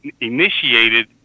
initiated